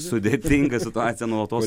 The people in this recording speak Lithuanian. sudėtinga situacija nuolatos